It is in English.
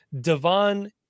Devon